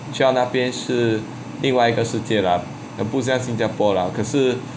去到那边是另外一个世界 lah 不像新加坡 lah 可是